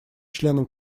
членам